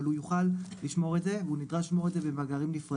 אבל הוא יוכל לשמור את זה והוא נדרש לשמור את זה במאגרים נפרדים.